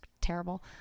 terrible